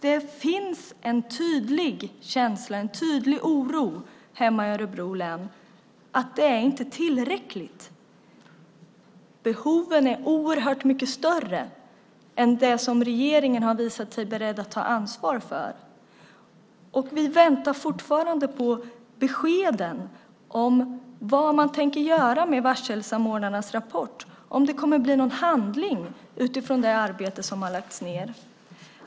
Det finns en tydlig oro hemma i Örebro län för att det inte är tillräckligt, att behoven är oerhört mycket större än det som regeringen har visat sig beredd att ta ansvar för. Och vi väntar fortfarande på beskeden om vad man tänker göra med varselsamordnarnas rapport, om det kommer att bli någon handling utifrån det arbete som har lagts ned.